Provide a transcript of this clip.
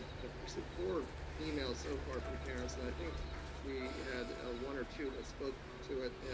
received four emails so far from parents, and i think we had ah one or two that spoke to it